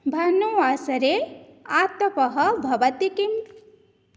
भानुवासरे आतपः भवति किम्